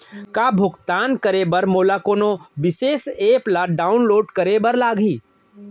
का भुगतान करे बर मोला कोनो विशेष एप ला डाऊनलोड करे बर लागही